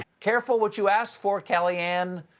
careful what you ask for, kellyanne.